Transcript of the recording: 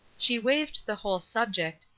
she waived the whole subject,